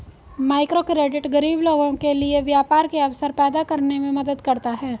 microcredit गरीब लोगों के लिए व्यापार के अवसर पैदा करने में मदद करता है